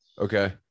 Okay